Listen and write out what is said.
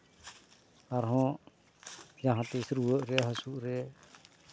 ᱟᱨᱦᱚᱸ ᱡᱟᱦᱟᱸ ᱛᱤᱥ ᱨᱩᱭᱟᱹᱜ ᱨᱮ ᱦᱟᱹᱥᱩ ᱨᱮ